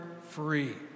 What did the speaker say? free